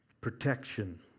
Protection